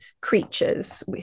creatures